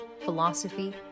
philosophy